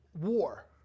war